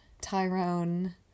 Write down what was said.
Tyrone